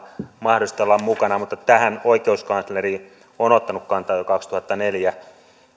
mahdollista olla mukana mutta tähän oikeuskansleri on ottanut kantaa jo kaksituhattaneljä